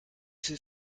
viel